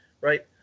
right